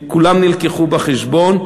כולם נלקחו בחשבון,